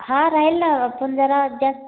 हां राहील ना पण जरा जास